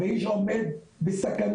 בהיג' עומד בסכנה,